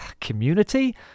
community